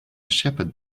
shepherd